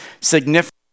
significant